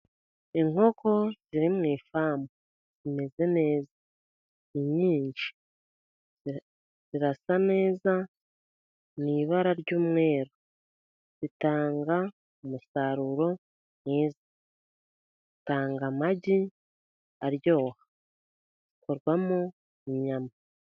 Inkoko ziri mu ifamu imeze neza, ni nyinshi, zirasa neza, n'ibara ry'umweru, zitanga umusaruro mwiza, zitanga amagi aryoha ,zikorwamo inyama.